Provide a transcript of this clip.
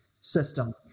system